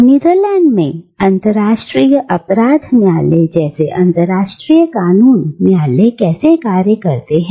Netherlands में अंतरराष्ट्रीय अपराध न्यायालय जैसे अंतरराष्ट्रीय कानून न्यायालय कैसे कार्य करते हैं